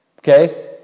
Okay